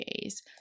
days